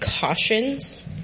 cautions